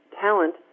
talent